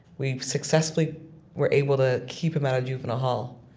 we successfully were able to keep him out of juvenile hall,